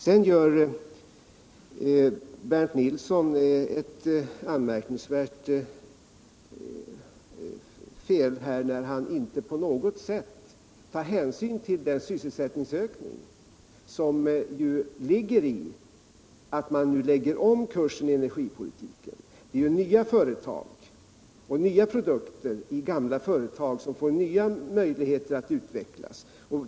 Sedan gör Bernt Nilsson ett anmärkningsvärt fel när han inte på något sätt tar hänsyn till den sysselsättningsökning som ligger i att man nu lägger om kursen i energipolitiken, skapar nya företag och ger nya produkter i gamla företag möjligheter att utvecklas.